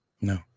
No